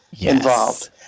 involved